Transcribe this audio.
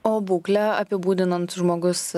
o būklę apibūdinant žmogus